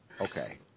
okay